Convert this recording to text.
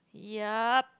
yup